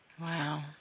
Wow